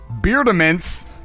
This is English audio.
Beardaments